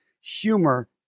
humor